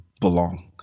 Belong